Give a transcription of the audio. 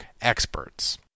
experts